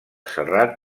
serrat